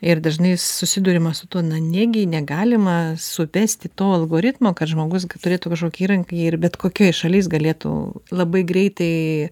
ir dažnai susiduriama su tuo na negi negalima suvesti to algoritmo kad žmogus turėtų kažkokį įrankį ir bet kokioj šaly jis galėtų labai greitai